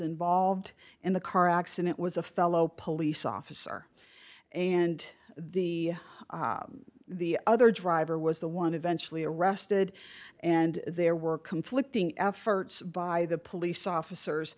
involved in the car accident was a fellow police officer and the the other driver was the one eventually arrested and there were conflicting efforts by the police officers